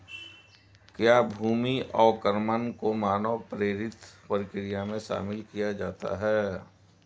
क्या भूमि अवक्रमण को मानव प्रेरित प्रक्रिया में शामिल किया जाता है?